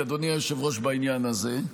הזוי בעניין הזה,